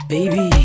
Baby